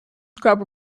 scrub